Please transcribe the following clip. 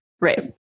Right